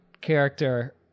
character